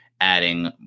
adding